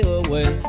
away